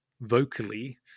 vocally